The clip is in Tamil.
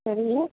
சரி